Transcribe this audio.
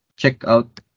checkout